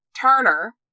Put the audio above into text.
turner